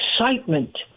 excitement